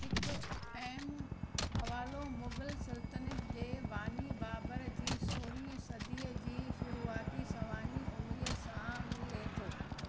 हिकु अहम हवालो मुगल सल्तनत जे बानी बाबर जी सोरहीं सदीअ जी शुरुआती सवानह उमिरि सां मिले थो